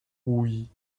oui